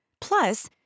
Plus